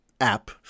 app